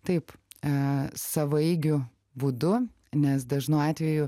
taip e savaeigiu būdu nes dažnu atveju